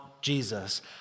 Jesus